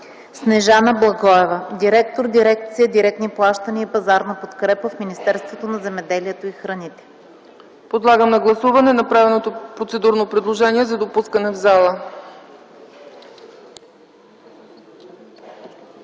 Снежана Благоева – директор дирекция „Директни плащания и пазарна подкрепа” в Министерството на земеделието и храните. ПРЕДСЕДАТЕЛ ЦЕЦКА ЦАЧЕВА: Подлагам на гласуване направеното процедурно предложение за допускане в зала.